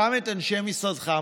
גם את אנשי משרדך,